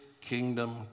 kingdom